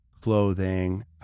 clothing